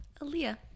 Aaliyah